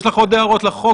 יש לך עוד הערות לחוק?